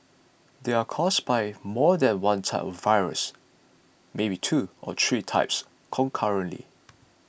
they are caused by more than one type of virus maybe two or three types concurrently